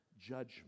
judgment